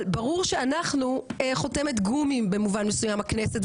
אבל ברור שאנחנו חותמת גומי במובן מסוים הכנסת,